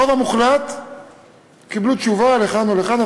הרוב המוחלט קיבלו תשובה לכאן או לכאן,